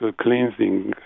cleansing